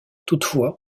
toutefois